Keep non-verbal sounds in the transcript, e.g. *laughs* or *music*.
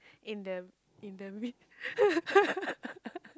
in the in the m~ *laughs*